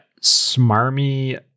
smarmy